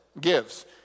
gives